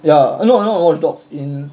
ya no not watchdogs in